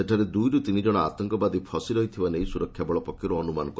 ସେଠାରେ ଦୁଇରୁ ତିନିକ୍ଷଣ ଆତଙ୍କବାଦୀ ଫସି ରହିଥିବାର ନେଇ ସୁରକ୍ଷାବଳ ପକ୍ଷରୁ ଅନୁମାନ କରାଯାଇଛି